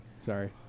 Sorry